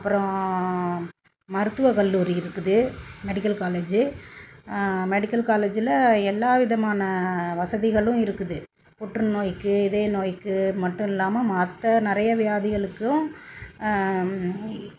அப்புறம் மருத்துவக்கல்லூரி இருக்குது மெடிக்கல் காலேஜு மெடிக்கல் காலேஜில் எல்லா விதமான வசதிகளும் இருக்குது புற்றுநோய்க்கு இதய நோய்க்கு மட்டும் இல்லாமல் மற்ற நிறைய வியாதிகளுக்கும் இ